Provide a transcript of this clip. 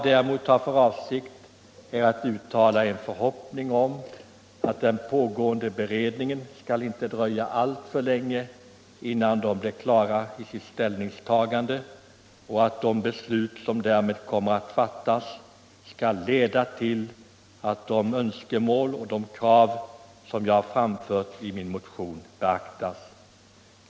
Däremot har jag för avsikt att uttala en förhoppning att det inte skall dröja alltför länge innan den pågående beredningen blir klar med sitt ställningstagande och att det beslut som därvid kommer att fattas skall leda till att de önskemål och krav som jag har framfört i nämnda motion beaktas.